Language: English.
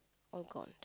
all gone